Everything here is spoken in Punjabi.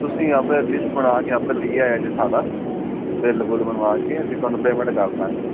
ਤੁਸੀਂ ਆਪ ਲਿਸਟ ਬਣਾ ਕੇ ਆਪ ਲੈ ਆਇਓ ਜੀ ਸਾਰਾ ਬਿੱਲ ਬੁਲ ਬਣਵਾ ਕੇ ਅਸੀਂ ਤੁਹਾਨੂੰ ਪੇਮੈਂਟ ਕਰਦਾਂਗੇ